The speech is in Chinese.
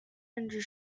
甚至